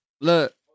Look